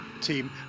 team